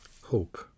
Hope